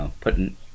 putting